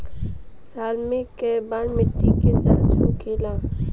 साल मे केए बार मिट्टी के जाँच होखेला?